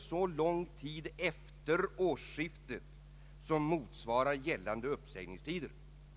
Det finns kanske andra synpunkter som jag inte känner till, men detta är det intryck jag fått.